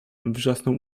wrzasnął